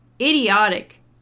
idiotic